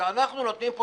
שאנחנו נותנים פה